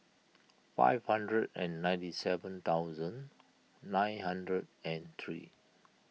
five hundred and ninety seven thousand nine hundred and three